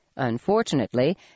Unfortunately